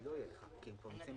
לו.